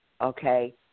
okay